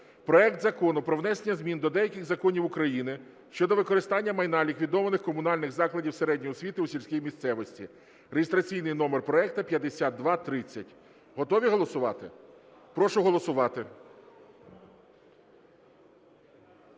проект Закону про внесення змін до деяких законів України щодо використання майна ліквідованих комунальних закладів середньої освіти у сільській місцевості (реєстраційний номер проекту 5230). Готові голосувати? Прошу голосувати.